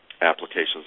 applications